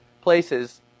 places